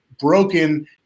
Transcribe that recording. broken